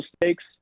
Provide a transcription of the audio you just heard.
mistakes